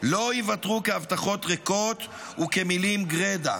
לא ייוותרו כהבטחות ריקות וכמילים גרידא.